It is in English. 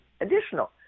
additional